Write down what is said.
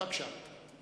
בבקשה.